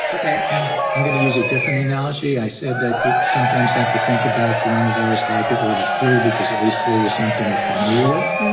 ok? and i'm going to use a different analogy. i said that you sometimes have to think about coronavirus like it were the flu, because at least flu is something we're familiar with.